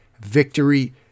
victory